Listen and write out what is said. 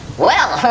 well.